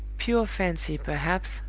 pure fancy, perhaps,